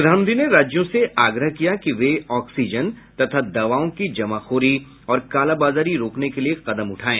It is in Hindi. प्रधानमंत्री ने राज्यों से आग्रह किया कि वे ऑक्सीजन तथा दवाओं की जमाखोरी और कालाबाजारी रोकने के लिए कदम उठाएं